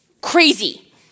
Crazy